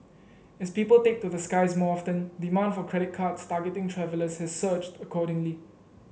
as people take to the skies more often demand for credit cards targeting travellers has surged accordingly